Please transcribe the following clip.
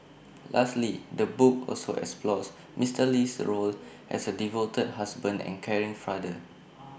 lastly the book also explores Mister Lee's role as A devoted husband and caring father